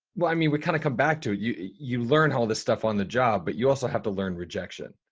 well, i mean we kind of come back to it. you learn all this stuff on the job, but you also have to learn rejection.